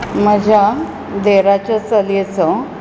म्हज्या देराचे चलयेचो